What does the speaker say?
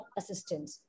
assistance